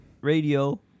radio